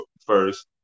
first